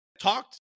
talked